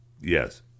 yes